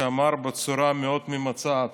שאמר בצורה מאוד ממצה: